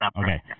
Okay